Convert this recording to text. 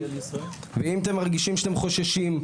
ואם אתם מרגישים שאתם חוששים,